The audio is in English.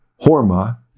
Horma